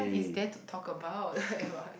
what is there to talk about